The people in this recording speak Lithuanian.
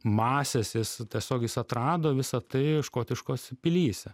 masės jis tiesiog jis atrado visa tai škotiškose pilyse